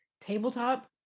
tabletop